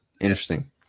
Interesting